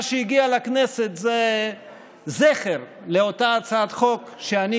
מה שהגיע לכנסת זה זכר לאותה הצעת חוק שאני